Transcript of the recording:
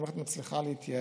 המערכת מצליחה להתייעל.